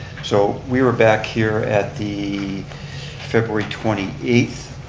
so we were back here at the february twenty eighth